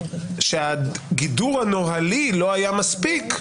שהגידור הנוהלי לא היה מספיק,